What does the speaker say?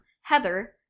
Heather